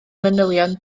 manylion